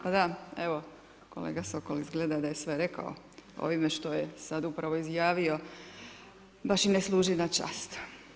Pa da, evo kolega Sokol izgleda da je sve rekao ovime što je sad upravo izjavio, baš i ne služi na čast.